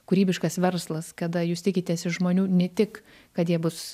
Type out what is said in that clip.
kūrybiškas verslas kada jūs tikitės iš žmonių ne tik kad jie bus